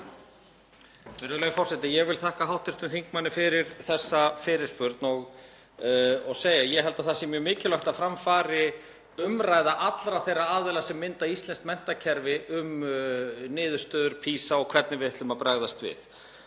Virðulegi forseti. Ég þakka hv. þingmanni fyrir þessa fyrirspurn. Ég held að það sé mjög mikilvægt að fram fari umræða allra þeirra aðila sem mynda íslenskt menntakerfi um niðurstöður PISA og hvernig við ætlum að bregðast við.